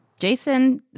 Jason